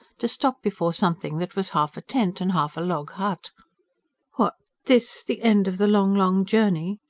to stop before something that was half a tent and half a log-hut what! this the end of the long, long journey!